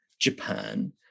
Japan